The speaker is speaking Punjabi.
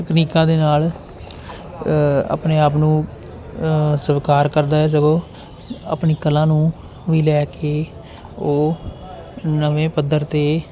ਤਕਨੀਕਾਂ ਦੇ ਨਾਲ ਆਪਣੇ ਆਪ ਨੂੰ ਸਵੀਕਾਰ ਕਰਦਾ ਹੈ ਸਗੋਂ ਆਪਣੀ ਕਲਾ ਨੂੰ ਵੀ ਲੈ ਕੇ ਉਹ ਨਵੇਂ ਪੱਧਰ 'ਤੇ